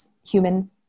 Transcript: human